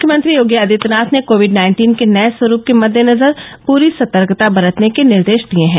मुख्यमंत्री योगी आदित्यनाथ ने covid nineteen के नये स्वरूप के मददेनजर पूरी सतर्कता बरतने के निर्देश दिये हैं